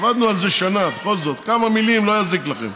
עבדנו על זה שנה, בכל זאת כמה מילים לא יזיקו לכם.